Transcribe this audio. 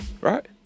Right